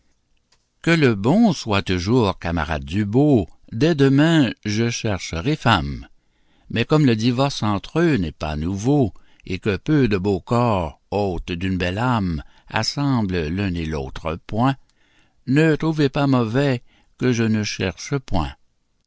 que le bon soit toujours camarade du beau dès demain je chercherai femme mais comme le divorce entre eux n'est pas nouveau et que peu de beaux corps hôtes d'une belle âme assemblent l'un et l'autre point ne trouvez pas mauvais que je ne cherche point